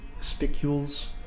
spicules